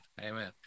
Amen